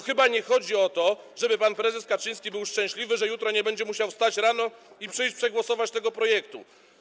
Chyba nie chodzi o to, żeby pan prezes Kaczyński był szczęśliwy, że jutro nie będzie musiał wstać rano i przyjść, by przegłosować ten projekt.